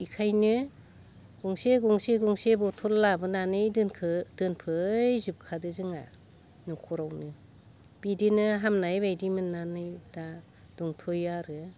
एखायोनो गंसे गंसे गंसे बथल लाबोनानै दोनखो दोनफैजोबखादों जोंना नखरावनो बिदिनो हामनाय बायदि मोन्नानै दा दंथ'यो आरो